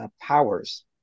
Powers